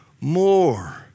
more